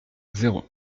zéro